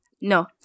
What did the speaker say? No